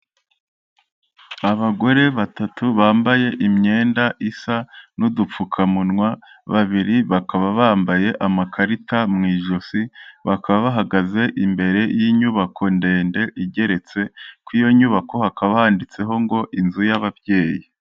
Abagore batatu bambaye imyenda isa n'udupfukamunwa, babiri bakaba bambaye amakarita mu ijosi, bakaba bahagaze imbere y'inyubako ndende igeretse, ku iyo nyubako hakaba banditseho ngo: Inzu y'ababyeyi.